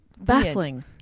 Baffling